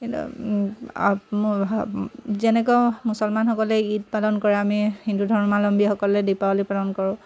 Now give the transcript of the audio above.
কিন্তু যেনেকৈ মুছলমানসকলে ঈদ পালন কৰে আমি হিন্দু ধৰ্মাৱলম্বীসকলে দীপাৱলী পালন কৰোঁ